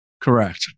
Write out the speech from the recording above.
Correct